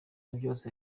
byose